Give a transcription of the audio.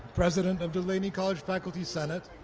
president of the laney college faculty senate,